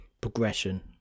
progression